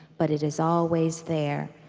but it is always there.